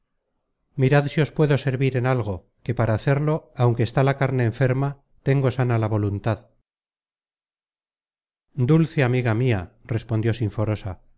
si os puedo servir en algo que para hacerlo aunque está la carne enferma tengo sana la voluntad dulce amiga mia respondió sinforosa